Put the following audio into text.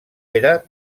era